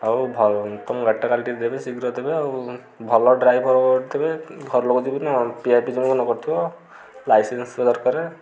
ହଉ ଭାଇ ଗାଡ଼ିଟା କାଲି ଟିକେ ଦେବେ ଶୀଘ୍ରଦେବେ ଆଉ ଭଲ ଡ୍ରାଇଭର୍ ଦେବେ ଘରଲୋକ ଯିବେନା ପିଆପିଇ ଯେମିତି ନକରୁଥିବ ଲାଇସେନ୍ସ ଥିବା ଦରକାର